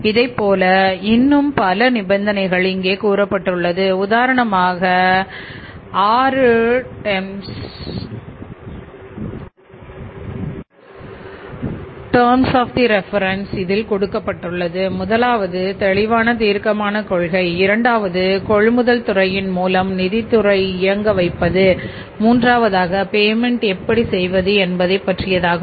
இதைப்போல இன்னும் பல நிபந்தனைகள் இங்கே கூறப்பட்டுள்ளது உதாரணமாக 6 டெர்ம்ஸ் ஆப் தி ரெபெரென்ஸ் இதில் கூறப்பட்டுள்ளது முதலாவது தெளிவான தீர்க்கமான கொள்கை இரண்டாவது கொள்முதல் துறையின் மூலம் நிதித்துறை இயங்க வைப்பது மூன்றாவதாக பேமென்ட் எப்படி செய்வது என்பதை பற்றியதாகும்